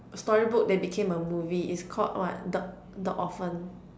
story book that became a movie it's called what the the Orphan